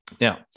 Now